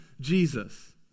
Jesus